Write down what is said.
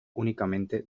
únicamente